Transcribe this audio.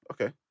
Okay